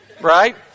Right